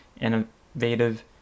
innovative